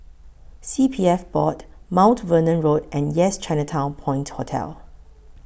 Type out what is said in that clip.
C P F Board Mount Vernon Road and Yes Chinatown Point Hotel